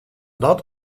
dat